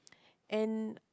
and